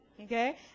okay